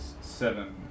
seven